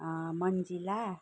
मन्जिला